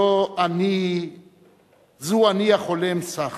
/ זו אני החולם שח.